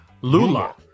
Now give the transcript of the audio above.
Lula